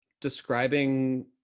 describing